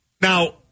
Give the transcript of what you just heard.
Now